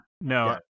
No